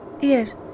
Yes